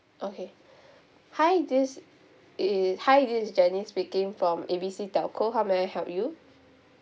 okay hi this is hi this is jennie speaking from A B C telco how may I help you